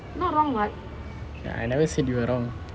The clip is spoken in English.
I never say you were wrong